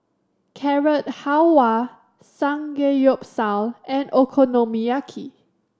Carrot Halwa Samgeyopsal and Okonomiyaki